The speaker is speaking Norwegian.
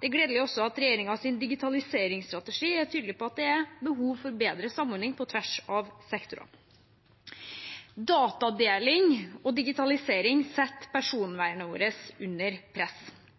Det er gledelig også at regjeringens digitaliseringsstrategi er tydelig på at det er behov for bedre samordning på tvers av sektorene. Datadeling og digitalisering setter personvernet vårt under press.